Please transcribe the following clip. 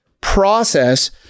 process